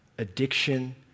Addiction